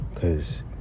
Cause